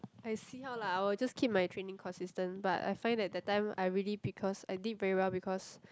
I see how lah I will just keep my training consistent but I find that the time I really because I did very well because